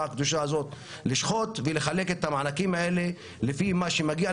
הקדושה הזו לשחוט ולחלק את המענקים האלה לפי מה שמגיע,